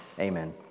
Amen